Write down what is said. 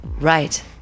right